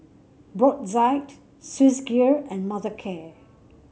Brotzeit Swissgear and Mothercare